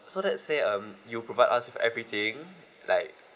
so let's say um you provide us with everything like